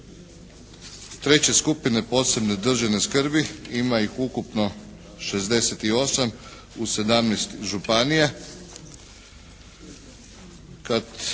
treće skupine posebne državne skrbi, ima ih ukupno 68 u 17 županija,